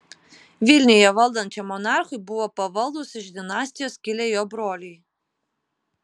vilniuje valdančiam monarchui buvo pavaldūs iš dinastijos kilę jo broliai